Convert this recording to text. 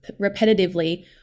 repetitively